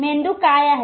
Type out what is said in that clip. मेंदू काय आहे